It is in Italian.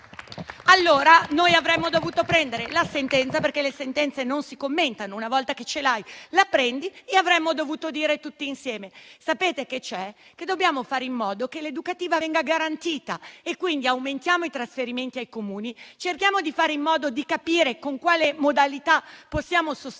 Avremmo dovuto prendere la sentenza - perché le sentenze non si commentano, una volta che ce l'hai, la prendi - e avremmo dovuto dire tutti insieme che dobbiamo fare in modo che l'autonomia educativa venga garantita, aumentiamo i trasferimenti ai Comuni, cerchiamo di fare in modo di capire con quale modalità possiamo sostenerli